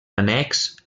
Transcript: annex